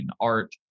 art